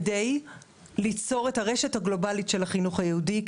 כדי ליצור את הרשת הגלובלית של החינוך היהודי,